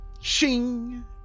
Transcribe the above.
Shing